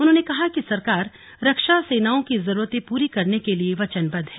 उन्होंने कहा कि सरकार रक्षा सेनाओं की जरूरतें पूरी करने के लिए वचनबद्ध है